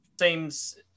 seems